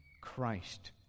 Christ